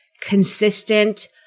consistent